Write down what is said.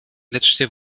letzte